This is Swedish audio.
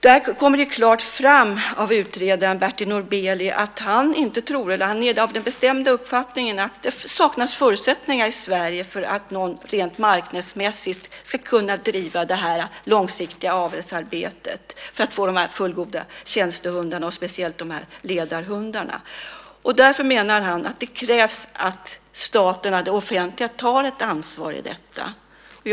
Där kommer det klart fram av utredaren Bertil Norbelie att han är av den bestämda uppfattningen att det saknas förutsättningar i Sverige för att någon rent marknadsmässigt ska kunna driva detta långsiktiga avelsarbete för att få fullgoda tjänstehundar, och speciellt ledarhundar. Därför menar han att det krävs att staten och det offentliga tar ett ansvar för det här.